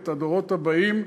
את הדורות הבאים,